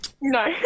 No